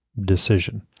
decision